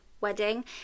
wedding